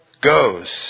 goes